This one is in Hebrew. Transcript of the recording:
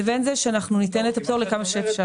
לבין זה שאנחנו ניתן את הפטור לכמה שאפשר.